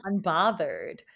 unbothered